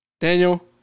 Daniel